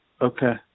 Okay